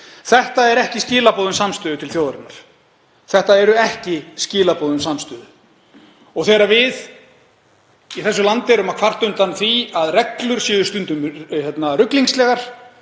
Þetta eru ekki skilaboð um samstöðu til þjóðarinnar. Þetta eru ekki skilaboð um samstöðu. Þegar við í þessu landi erum að kvarta undan því að reglur séu stundum ruglingslegar,